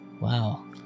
wow